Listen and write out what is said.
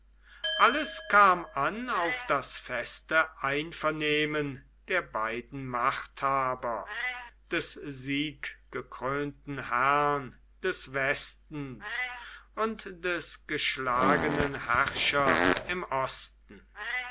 alles kam an auf das feste einvernehmen der beiden machthaber des sieggekrönten herrn des westens und des geschlagenen herrschers im osten